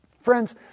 Friends